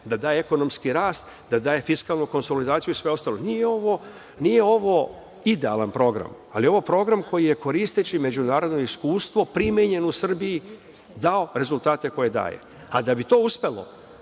da da ekonomski rast, da daje fiskalnu konsolidaciju i sve ostalo. Nije ovo idealan program, ali je ovo program koji je koristeći međunarodno iskustvo primenjen u Srbiji, dao rezultate koje daje. Da bi to uspelo,